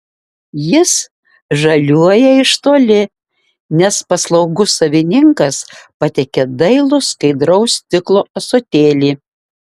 jis žaliuoja iš toli nes paslaugus savininkas patiekia dailų skaidraus stiklo ąsotėlį